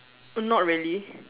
not really